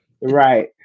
Right